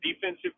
defensive